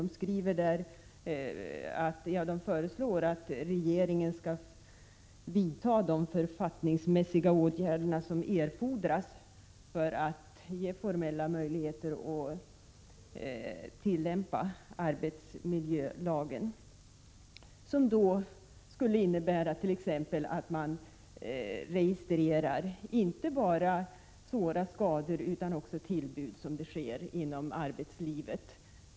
Där föreslås att regeringen vidtar de författningsmässiga åtgärder som erfordras för att det skall bli möjligt att tillämpa arbetsmiljölagen. Detta skulle innebära att man t.ex. registrerar inte bara svåra skador utan också tillbud, alldeles som i arbetslivet.